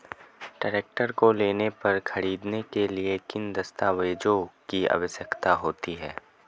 Tractor को loan पर खरीदने के लिए किन दस्तावेज़ों की आवश्यकता होती है?